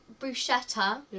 bruschetta